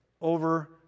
over